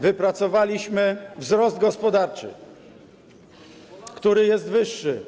Wypracowaliśmy wzrost gospodarczy, który jest wyższy.